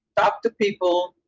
talk to people,